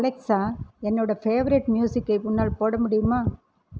Alexa என்னோட favourite மியூசிக்கை உன்னால் போட முடியுமா